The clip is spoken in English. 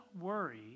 worry